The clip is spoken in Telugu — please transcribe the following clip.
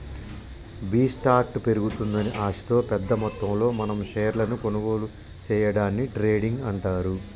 బి స్టార్ట్ పెరుగుతుందని ఆశతో పెద్ద మొత్తంలో మనం షేర్లను కొనుగోలు సేయడాన్ని ట్రేడింగ్ అంటారు